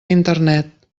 internet